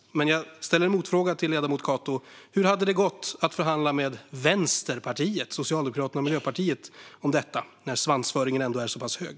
Men jag ställer en motfråga till ledamot Cato. Hur hade det gått att förhandla med Vänsterpartiet, Socialdemokraterna och Miljöpartiet om det, när svansföringen är så pass hög?